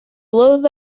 blows